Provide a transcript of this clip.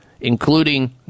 including